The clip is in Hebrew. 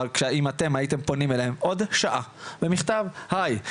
אבל אם אתם הייתם פונים אליהם בעוד שעה במכתב "היי,